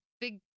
big